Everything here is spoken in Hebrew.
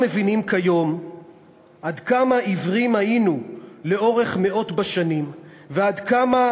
אנחנו מבינים כיום עד כמה עיוורים היינו לאורך מאות בשנים ועד כמה